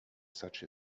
such